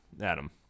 Adam